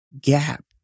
gap